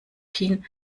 hin